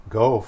go